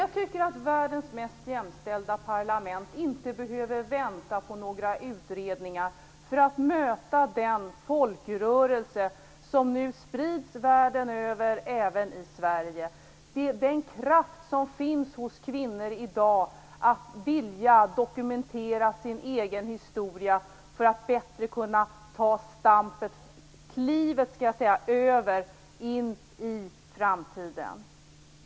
Jag tycker inte att världens mest jämställda parlament behöver vänta på några utredningar för att möta den folkrörelse som nu sprids världen över, även i Sverige - jag tänker på den kraft och den vilja som finns hos kvinnor i dag att dokumentera sin egen historia för att bättre kunna ta klivet in i framtiden.